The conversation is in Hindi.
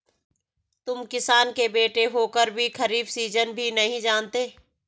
तुम किसान के बेटे होकर भी खरीफ सीजन भी नहीं जानते